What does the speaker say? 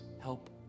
help